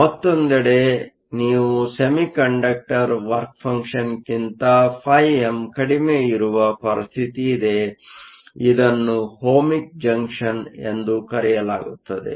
ಮತ್ತೊಂದೆಡೆ ನೀವು semiconductor work ಫಂಕ್ಷನ್ಕ್ಕಿಂತ φm ಕಡಿಮೆ ಇರುವ ಪರಿಸ್ಥಿತಿ ಇದೆ ಇದನ್ನು ಓಹ್ಮಿಕ್ ಜಂಕ್ಷನ್ ಎಂದು ಕರೆಯಲಾಗುತ್ತದೆ